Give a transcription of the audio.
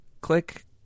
Click